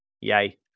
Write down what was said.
Yay